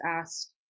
asked